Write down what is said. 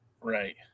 Right